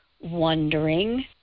wondering